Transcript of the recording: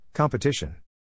Competition